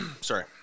sorry